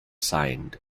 signed